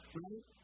right